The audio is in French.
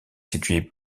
situé